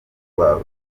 rwa